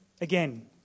again